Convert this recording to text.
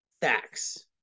facts